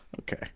Okay